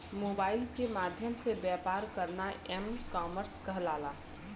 mobile के माध्यम से व्यापार करना एम कॉमर्स कहलाला